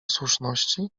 słuszności